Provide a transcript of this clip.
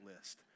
list